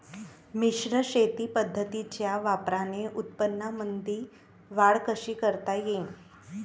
मिश्र शेती पद्धतीच्या वापराने उत्पन्नामंदी वाढ कशी करता येईन?